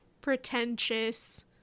pretentious